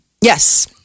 Yes